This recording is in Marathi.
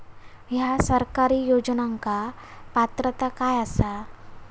हया सरकारी योजनाक पात्रता काय आसा?